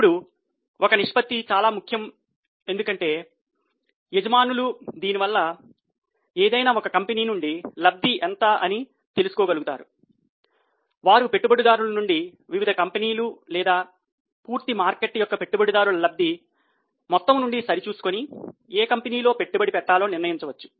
ఇప్పుడు ఈ నిష్పత్తి చాలా ముఖ్యం ఎందుకంటే యజమానిలు దీనివల్ల ఏదైనా ఒక కంపెనీ నుండి లబ్ధి ఎంత అని తెలుసుకోగలుగుతాడు వారు పెట్టుబడిదారుల నుండి వివిధ కంపెనీల లేదా పూర్తి మార్కెట్ యొక్క పెట్టుబడిదారుల లబ్ధి మొత్తము నుండి సరిచూసుకొని ఏ కంపెనీలో పెట్టుబడి పెట్టాలో నిర్ణయించవచ్చు